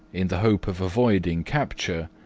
in the hope of avoiding capture,